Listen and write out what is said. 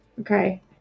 okay